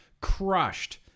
crushed